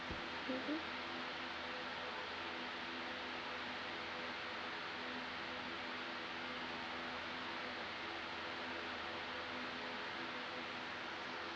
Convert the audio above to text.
mmhmm